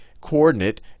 coordinate